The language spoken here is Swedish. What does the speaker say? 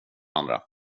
andra